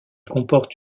comporte